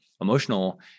emotional